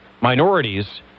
minorities